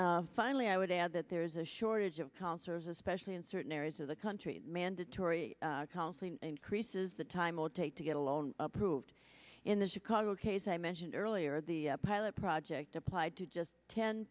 counseling finally i would add that there is a shortage of concerts especially in certain areas of the country mandatory counseling increases the time will take to get a loan approved in the chicago case i mentioned earlier the pilot project applied to just ten